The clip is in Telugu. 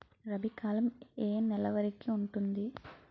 రబీ కాలం ఏ ఏ నెల వరికి ఉంటుంది?